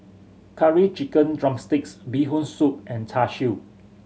Curry Chicken drumstick Bee Hoon Soup and Char Siu